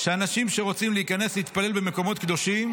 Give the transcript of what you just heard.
שאנשים שרוצים להיכנס להתפלל במקומות קדושים,